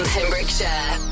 Pembrokeshire